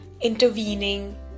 intervening